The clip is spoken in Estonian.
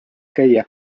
käia